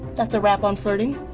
that's a wrap on flirting.